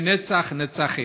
לנצח נצחים.